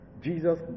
Jesus